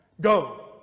go